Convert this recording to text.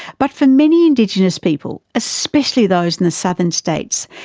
but for many indigenous people, especially those in the southern states,